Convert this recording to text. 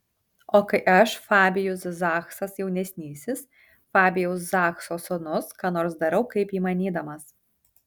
o kai aš fabijus zachsas jaunesnysis fabijaus zachso sūnus ką nors darau kaip įmanydamas